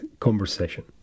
conversation